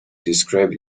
describe